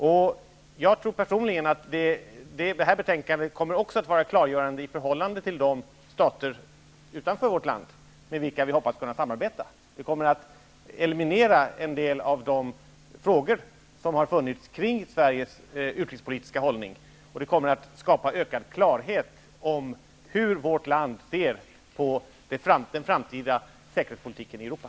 Jag tror personligen att detta betänkande kommer att vara klargörande i förhållande till de stater med vilka vi hoppas kunna samarbeta. Det kommer att eliminera en del av de frågor som har funnits kring Sveriges utrikespolitiska hållning. Det kommer att skapa ökad klarhet om hur vårt land ser på den framtida säkerhetspolitiken i Europa.